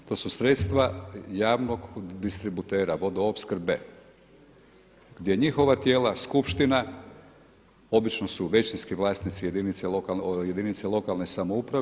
To su sredstva javnog distributera, vodoopskrbe, gdje njihova tijela, skupština, obično su većinski vlasnici jedinice lokalne samouprave.